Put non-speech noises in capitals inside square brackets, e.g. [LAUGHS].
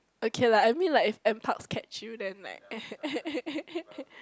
okay lah I mean like if N-Parks catch you then like [LAUGHS]